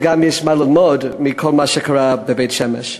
וגם יש מה ללמוד מכל מה שקרה בבית-שמש.